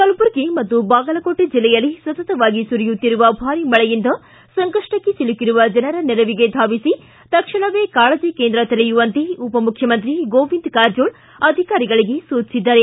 ಕಲಬುರ್ಗಿ ಮತ್ತು ಬಾಗಲಕೋಟೆ ಜಿಲ್ಲೆಯಲ್ಲಿ ಸತತವಾಗಿ ಸುರಿಯುತ್ತಿರುವ ಭಾರೀ ಮಳೆಯಿಂದ ಸಂಕಷ್ಟಕ್ಕೆ ಸಿಲುಕಿರುವ ಜನರ ನೆರವಿಗೆ ಧಾಮಿಸಿ ಶಕ್ಷಣವೇ ಕಾಳಜಿ ಕೇಂದ್ರ ತೆರೆಯುವಂತೆ ಉಪಮುಖ್ಯಮಂತ್ರಿ ಗೋವಿಂದ ಕಾರಜೋಳ ಅಧಿಕಾರಿಗಳಿಗೆ ಸೂಚಿಸಿದ್ದಾರೆ